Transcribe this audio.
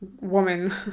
woman